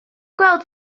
gweld